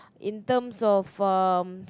in terms of um